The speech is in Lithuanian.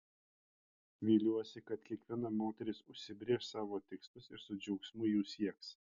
viliuosi kad kiekviena moteris užsibrėš savo tikslus ir su džiaugsmu jų sieks